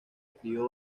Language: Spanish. escribió